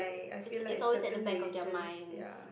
it's it's always at the back of their minds